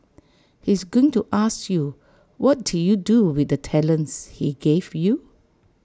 he's going to ask you what did you do with the talents he gave you